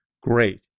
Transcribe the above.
great